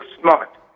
smart